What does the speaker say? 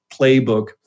playbook